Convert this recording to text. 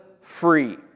Free